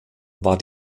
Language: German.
war